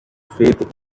faith